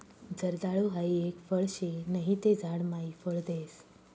जर्दाळु हाई एक फळ शे नहि ते झाड मायी फळ देस